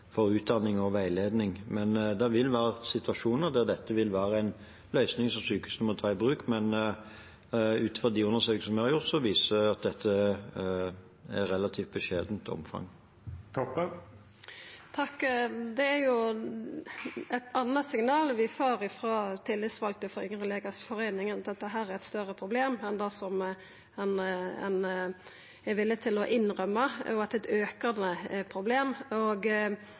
for utdanning og veiledning. Det vil være situasjoner der dette vil være en løsning som sykehusene må ta i bruk, men undersøkelsene vi har gjort, viser at dette er av relativt beskjedent omfang. Det er eit anna signal vi får frå tillitsvalde for Yngre legers foreining: at dette er eit større problem enn ein er villig til å innrømma, og at det er eit aukande problem. Det vert heller ikkje lyst ut på ein ordentleg måte. Det skjer gjennom uformelle kanalar, og